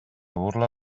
burla